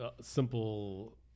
simple